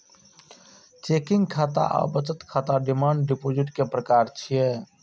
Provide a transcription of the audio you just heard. checking खाता आ बचत खाता डिमांड डिपोजिट के प्रकार छियै